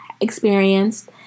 experienced